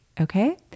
Okay